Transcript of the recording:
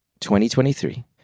2023